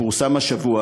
שפורסם השבוע,